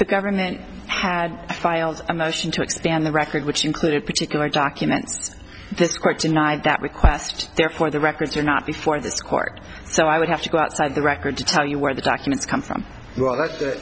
the government had filed a motion to expand the records which include a particular document this court denied that request therefore the records are not before this court so i would have to go outside the record to tell you where the documents come from